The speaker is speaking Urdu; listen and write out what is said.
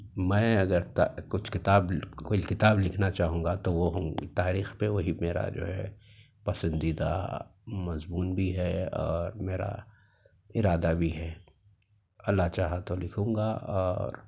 میں اگر کچھ کتاب کوئی کتاب لکھنا چاہوں گا تو وہ ہوں گی تاریخ پہ وہی میرا جو ہے پسندیدہ مضمون بھی ہے اور میرا ارادہ بھی ہے اللہ چاہا تو لکھوں گا اور